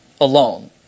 alone